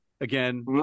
again